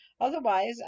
Otherwise